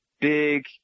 big